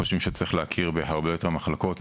צריך להכיר בהרבה יותר מחלקות,